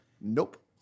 Nope